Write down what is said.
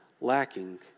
lacking